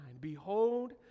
Behold